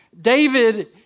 David